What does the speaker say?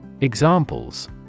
Examples